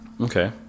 Okay